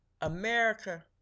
America